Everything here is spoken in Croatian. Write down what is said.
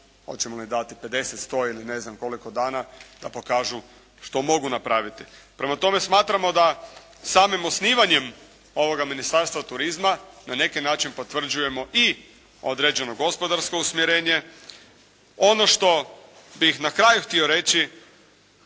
Hoćemo li dati 50, 100 ili ne znam koliko dana da pokažu što mogu napraviti. Prema tome smatramo da samim osnivanjem ovoga Ministarstva turizma na neki način potvrđujemo i određenu gospodarsko usmjerenje. Ono što bih na kraju htio reći